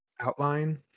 Outline